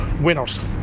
winners